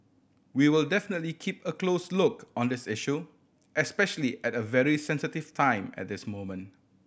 we will definitely keep a close look on this issue especially at a very sensitive time at this moment